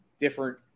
different